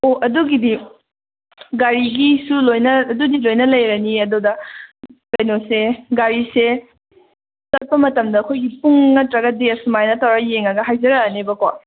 ꯑꯣ ꯑꯗꯨꯒꯤꯗꯤ ꯒꯥꯔꯤꯒꯤꯁꯨ ꯂꯣꯏꯅ ꯑꯗꯨꯗꯤ ꯂꯣꯏꯅ ꯂꯩꯔꯅꯤꯌꯦ ꯑꯗꯨꯗ ꯀꯩꯅꯣꯁꯦ ꯒꯥꯔꯤꯁꯦ ꯆꯠꯄ ꯃꯇꯝꯗ ꯑꯩꯈꯣꯏꯒꯤ ꯄꯨꯡ ꯅꯠꯇ꯭ꯔꯒꯗꯤ ꯑꯁꯨꯃꯥꯏꯅ ꯇꯧꯔ ꯌꯦꯡꯉꯒ ꯍꯥꯏꯖꯔꯛꯑꯅꯦꯕꯀꯣ